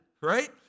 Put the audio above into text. right